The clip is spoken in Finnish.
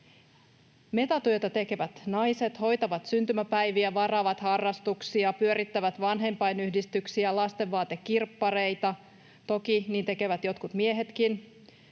Metatyötä tekevät naiset hoitavat syntymäpäiviä, varaavat harrastuksia, pyörittävät vanhempainyhdistyksiä ja lastenvaatekirppareita. Toki niin tekevät jotkut miehetkin.